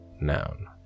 noun